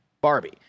Barbie